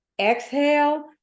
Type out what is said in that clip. exhale